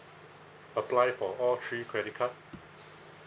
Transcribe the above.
apply for all three credit card